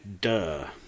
duh